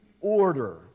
order